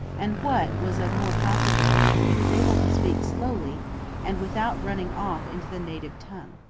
and what was of more consequence, he was able to speak slowly and without running off into the native tongue.